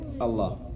Allah